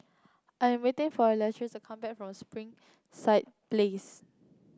I'm waiting for Latrice come back from Springside Place